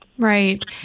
Right